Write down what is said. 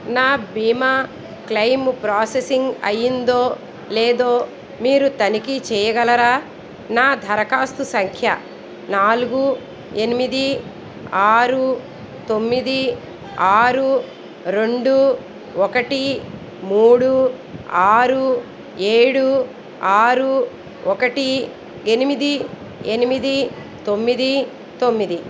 నా బీమా claim processing అయ్యిందో లేదో మీరు తనిఖీ చేయగలరా నా దరఖాస్తు సంఖ్య నాలుగు ఎనిమిది ఆరు తొమ్మిది ఆరు రెండు ఒకటి మూడు ఆరు ఏడు ఆరు ఒకటి ఎనిమిది ఎనిమిది తొమ్మిది తొమ్మిది